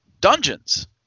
Dungeons